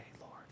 Lord